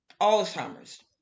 Alzheimer's